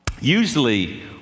usually